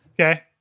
Okay